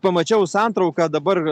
pamačiau santrauką dabar